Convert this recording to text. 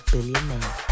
Billionaire